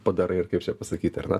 padarai ir kaip čia pasakyti ar